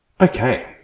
Okay